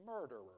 murderer